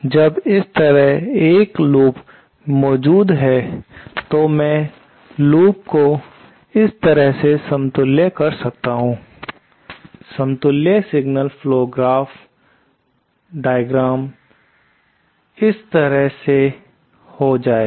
जब इस तरह 1 लूप मौजूद है तो मैं लूप को इस तरह से समतुल्य कर सकता हूं समतुल्य सिग्नल फ्लो ग्राफ आलेख इस तरह से हो जाएगा